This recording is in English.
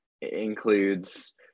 includes